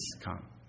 come